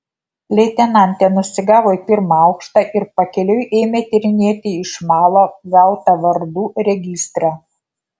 leitenantė nusigavo į pirmą aukštą ir pakeliui ėmė tyrinėti iš malo gautą vardų registrą